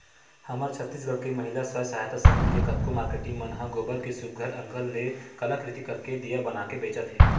हमर छत्तीसगढ़ के महिला स्व सहयता समूह के कतको मारकेटिंग मन ह गोबर के सुग्घर अंकन ले कलाकृति करके दिया बनाके बेंचत हे